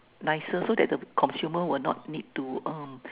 nicer so that the consumer would not need to um